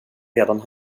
redan